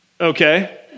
Okay